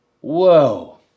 Whoa